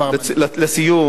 לסיום.